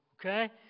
okay